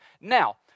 Now